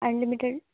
unlimited